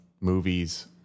movies